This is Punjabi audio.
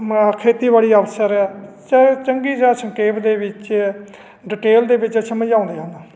ਮ ਖੇਤੀਬਾੜੀ ਅਫ਼ਸਰ ਹੈ ਚਾਹੇ ਚੰਗੀ ਜਾਂ ਸੰਖੇਪ ਦੇ ਵਿੱਚ ਡਿਟੇਲ ਦੇ ਵਿੱਚ ਸਮਝਾਉਂਦੇ ਹਨ